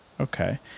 Okay